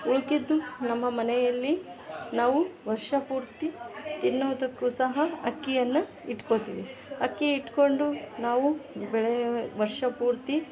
ಉಳ್ದಿದ್ದು ನಮ್ಮ ಮನೆಯಲ್ಲಿ ನಾವು ವರ್ಷ ಪೂರ್ತಿ ತಿನ್ನೋದಕ್ಕು ಸಹ ಅಕ್ಕಿಯನ್ನ ಇಟ್ಕೋತೀವಿ ಅಕ್ಕಿ ಇಟ್ಕೊಂಡು ನಾವು ಬೆಳೆ ವರ್ಷ ಪೂರ್ತಿ